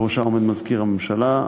בראשה עומד מזכיר הממשלה,